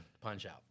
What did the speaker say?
Punch-out